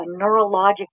neurologic